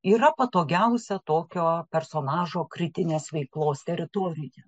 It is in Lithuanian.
yra patogiausia tokio personažo kritinės veiklos teritorija